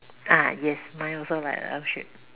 ah yes mine also like a L shape